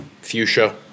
fuchsia